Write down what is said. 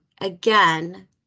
Again